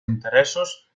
interessos